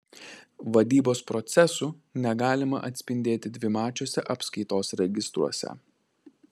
vadybos procesų negalima atspindėti dvimačiuose apskaitos registruose